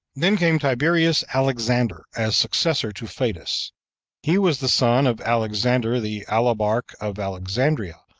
then came tiberius alexander as successor to fadus he was the son of alexander the alabarch of alexandria,